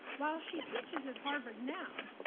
while she teaches at harvard now,